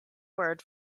word